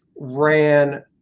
ran